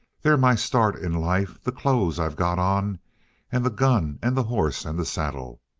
they're my start in life, the clothes i've got on and the gun and the horse and the saddle.